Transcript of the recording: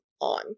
On